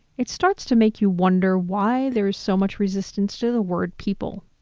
it starts to make you wonder why there's so much resistance to the word people.